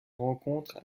rencontres